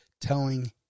telling